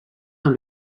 dans